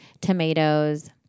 tomatoes